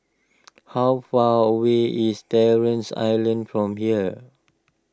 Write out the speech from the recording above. how far away is Terren Island from here